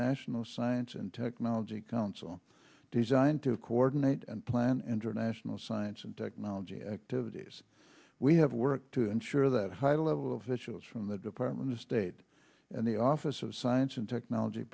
national science and technology council designed to coordinate and plan international science and technology activities we have worked to ensure that high level officials from the department of state and the office of science and technology